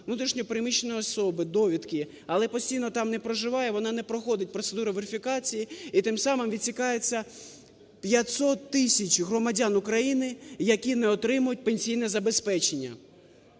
внутрішньо переміщеної особи, довідки, але постійно там не проживає, вона не проходить процедури верифікації, і тим самим відсікається 500 тисяч громадян України, які не отримують пенсійне забезпечення.